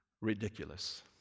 ridiculous